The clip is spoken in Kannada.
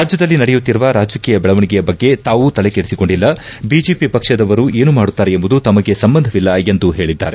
ರಾಜ್ಞದಲ್ಲಿ ನಡೆಯುತ್ತಿರುವ ರಾಜಕೀಯ ಬೆಳವಣಿಗೆಯ ಬಗ್ಗೆ ತಾವೂ ತಲೆಕೆಡಿಸಿಕೊಂಡಿಲ್ಲ ಬಿಜೆಪಿ ಪಕ್ಷದವರು ಏನು ಮಾಡುತ್ತಾರೆ ಎಂಬುದು ತಮಗೆ ಸಂಬಂಧವಿಲ್ಲ ಎಂದು ಹೇಳಿದ್ದಾರೆ